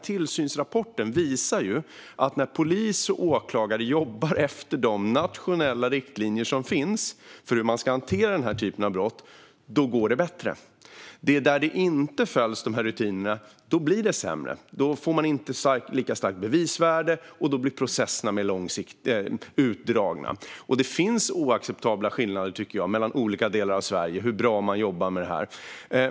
Tillsynsrapporten visar ju att när polis och åklagare jobbar efter de nationella riktlinjer som finns för hur man ska hantera denna typ av brott går det bättre. När rutinerna inte följs blir det sämre. Då får man inte lika starkt bevisvärde, och då blir processerna mer utdragna. Det finns oacceptabla skillnader, tycker jag, mellan olika delar av Sverige i fråga om hur bra man jobbar med detta.